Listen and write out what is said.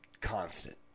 constant